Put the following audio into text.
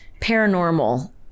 paranormal